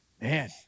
Man